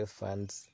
funds